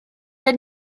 der